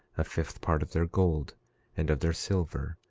a fifth part of their gold and of their silver,